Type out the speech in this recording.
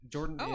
Jordan